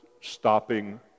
stopping